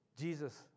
Jesus